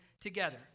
together